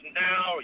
now